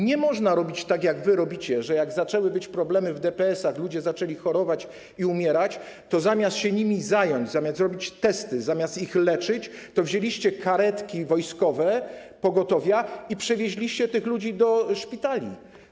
Nie można robić tak, jak wy robicie, że jak zaczęły być problemy w DPS-ach, ludzie zaczęli chorować i umierać, to zamiast się nimi zająć, zamiast zrobić testy, zamiast ich leczyć, wzięliście karetki wojskowe, pogotowia i przewieźliście tych ludzi do szpitali.